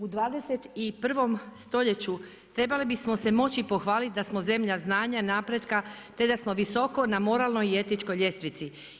U 21. stoljeću trebali bismo se moći pohvaliti da smo zemlja znanja, napretka, te da smo visoko na moralnoj i etičkoj ljestvici.